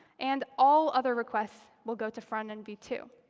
and all other requests will go to front end v two.